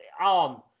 on